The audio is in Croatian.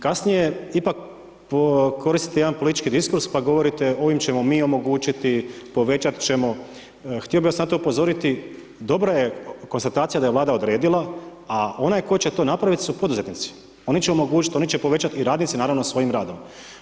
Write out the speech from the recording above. Kasnije ipak koristite jedan politički diskurs, pa govorite, ovime ćemo mi omogućiti, povećati ćemo, htio bi vas na to upozoriti, dobra je konstatacija da je vlada odredila, a onaj tko će to napraviti su poduzetnici, oni će omogućiti, oni će povećati i radnici, naravno s svojim radom.